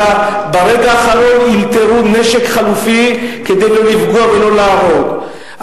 אלא ברגע האחרון אלתרו נשק חלופי כדי לא לפגוע ולא להרוג.